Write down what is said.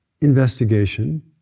investigation